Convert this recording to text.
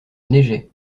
neigeait